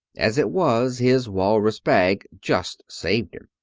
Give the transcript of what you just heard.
as it was, his walrus bag just saved him.